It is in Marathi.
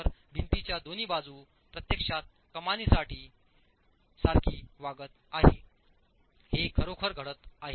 तर भिंतीच्या दोन्ही बाजू प्रत्यक्षात कमानीसाठी abutments सारखे वागत आहेत हे खरोखर घडत आहे